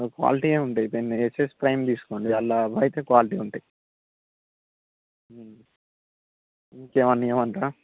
quality ఉంటాయిన్ని SS prime తీసుకోండి అందులో అవి అయితే క్వాలిటీ ఉంటాయి హ ఇంకేమన్న ఇవ్వమంటారా